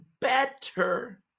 better